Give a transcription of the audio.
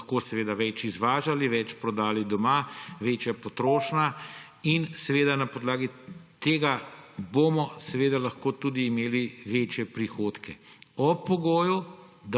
lahko seveda več izvažali, več prodali doma – večja potrošnja. In seveda na podlagi tega bomo lahko tudi imeli večje prihodke, ob pogoju,